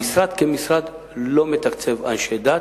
המשרד, כמשרד, לא מתקצב אנשי דת,